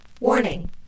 Warning